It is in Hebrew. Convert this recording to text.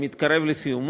והוא מתקרב לסיומו.